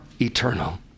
eternal